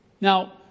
Now